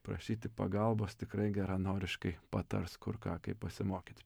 prašyti pagalbos tikrai geranoriškai patars kur ką kaip pasimokyti